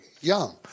young